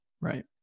right